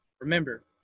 remember